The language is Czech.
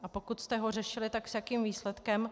A pokud jste ho řešili, tak s jakým výsledkem.